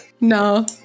No